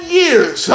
years